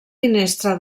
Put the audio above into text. finestra